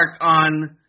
on